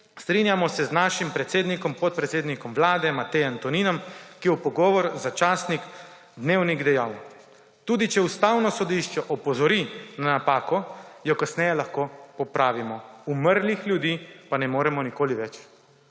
Strinjamo se z našim predsednikom, podpredsednikom Vlade Matejem Toninom, ki je v pogovor za časnik Dnevnik dejal: »Tudi če Ustavno sodišče opozori na napako, jo kasneje lahko popravimo, umrlih ljudi pa ne moremo nikoli več